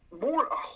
More